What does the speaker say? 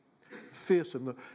fearsome